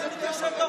תמשיך בשלך.